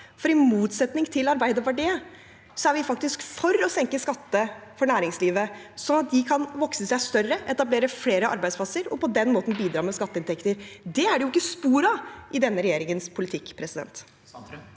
I motsetning til Arbeiderpartiet er vi faktisk for å senke skattene for næringslivet, sånn at de kan vokse seg større, etablere flere arbeidsplasser og på den måten bidra med skatteinntekter. Det er det jo ikke spor av i denne regjeringens politikk. Nils